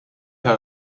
herr